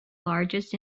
largest